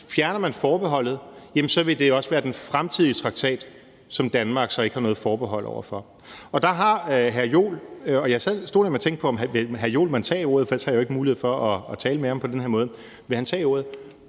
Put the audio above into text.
fjerner forbeholdet, også være den fremtidige traktat, som Danmark ikke har nogen forbehold over for. Der har hr. Jens Joel – jeg stod lige og tænkte på, om hr. Jens Joel mon ville tage ordet, for ellers havde jeg jo ikke mulighed for at tale med ham på den her måde – en helt